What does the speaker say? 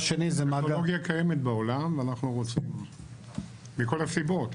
טכנולוגיה קיימת בעולם ואנחנו רוצים מכל הסיבות,